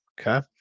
Okay